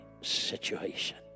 situation